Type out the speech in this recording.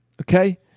okay